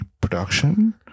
production